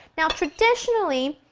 now, traditionally